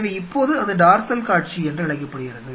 எனவே இப்போது அது டார்சல் காட்சி என்று அழைக்கப்படுகிறது